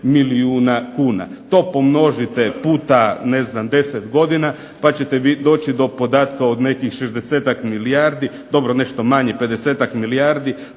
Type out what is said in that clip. milijuna kuna. To pomnožite puta ne znam deset godina, pa ćete doći do podatka od nekih šezdesetak milijardi. Dobro nešto manje pedesetak milijardi,